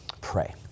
Pray